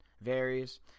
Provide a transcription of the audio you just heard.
Varies